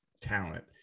talent